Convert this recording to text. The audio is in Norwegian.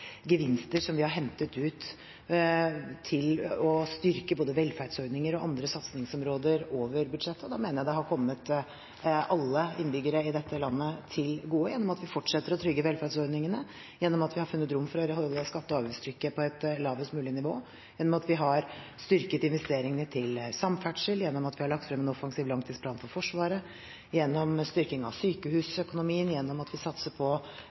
gevinster som vi har hentet ut til å styrke både velferdsordninger og andre satsingsområder over budsjettet, og da mener jeg det har kommet alle innbyggere i dette landet til gode gjennom at vi fortsetter å trygge velferdsordningene, gjennom at vi har funnet rom for å holde skatte- og avgiftstrykket på et lavest mulig nivå, gjennom at vi har styrket investeringene til samferdsel, gjennom at vi har lagt frem en offensiv langtidsplan for Forsvaret, gjennom styrking av sykehusøkonomien og gjennom at vi satser på